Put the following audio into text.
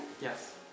Yes